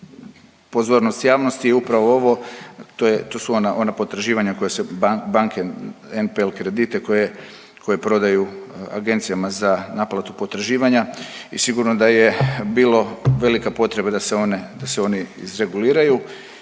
pozornost javnosti je upravo ovo, to su ona potraživanja koje se banke, NPL kredite koje prodaju agencijama za naplatu potraživanja i sigurno da je bilo velika potreba da se oni izreguliraju